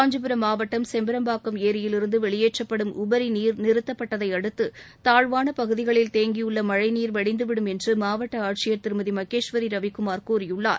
காஞ்சிபுரம் மாவட்டம் செம்பரம்பாக்கம் ஏரியிலிருந்து வெளியேற்றப்படும் உபரி நீர் நிறுத்தப்பட்டத்தை அடுத்து தாழ்வாள பகுதிகளில் தேங்கியுள்ள மனழநீர் வடிந்துவிடும் என்று மாவட்ட ஆட்சியர் திருமதி மகேஸ்வரி ரவிக்குமார் கூறியுள்ளார்